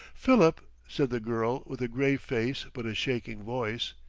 philip, said the girl with a grave face but a shaking voice,